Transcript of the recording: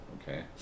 Okay